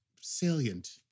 salient